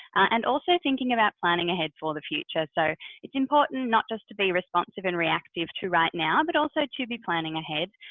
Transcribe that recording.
and also thinking about planning ahead for the future. so it's important not just to be responsive and reactive to right now, but also to be planning ahead.